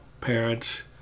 parents